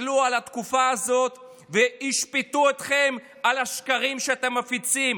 יסתכלו על התקופה הזאת וישפטו אתכם על השקרים שאתם מפיצים,